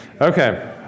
Okay